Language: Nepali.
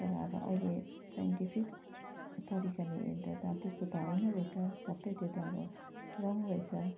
तर अब अहिले साइन्टिफिक तरिकाले हेर्दा त अब त्यस्तो त होइन रहेछ सबै त्यो त अब रङ रहेछ